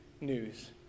News